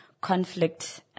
conflict